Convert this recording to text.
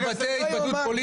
לא ייאמן.